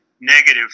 negative